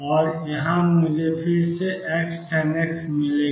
और यहाँ से मुझे फिर से Xtan X मिलेगा